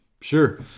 Sure